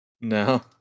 No